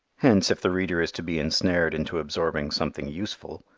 hence if the reader is to be ensnared into absorbing something useful,